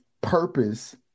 purpose